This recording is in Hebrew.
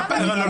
לא,